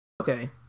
Okay